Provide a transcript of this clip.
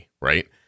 right